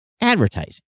advertising